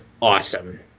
Awesome